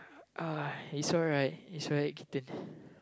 uh it's alright is alright Keaton